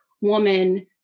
woman